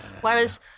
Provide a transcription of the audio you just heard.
Whereas